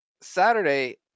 Saturday